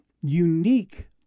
unique